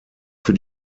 für